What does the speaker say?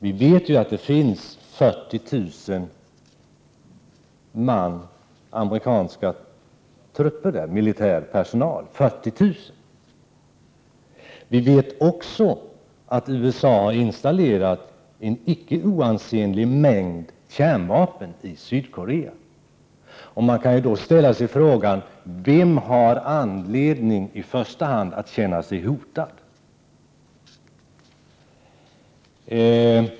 Vi vet att det finns amerikanska trupper, militär personal som uppgår till 40 000 man. Vi vet också att USA har installerat en icke oansenlig mängd kärnvapen i Sydkorea. Man kan då ställa frågan: Vem har i första hand anledning att känna sig hotad?